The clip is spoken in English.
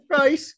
Right